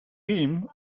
riem